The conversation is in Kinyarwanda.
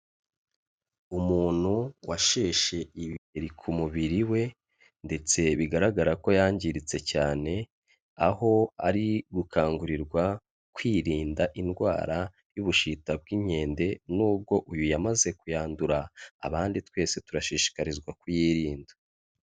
Umuntu washeshe ibiheri ku mubiri we, ndetse bigaragara ko yangiritse cyane, aho ari gukangurirwa kwirinda indwara y'ubushita bw'inkende n'ubwo uyu yamaze kuyandura, abandi twese turashishikarizwa kuyirinda.